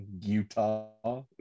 Utah